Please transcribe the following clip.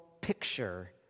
picture